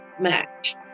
match